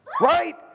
Right